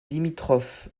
limitrophe